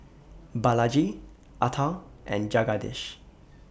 Balaji Atal and Jagadish